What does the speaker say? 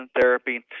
therapy